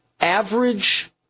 average